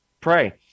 pray